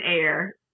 air